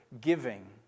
giving